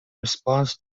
response